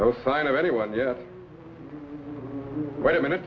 no sign of anyone yet wait a minute